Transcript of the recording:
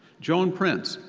joan prince,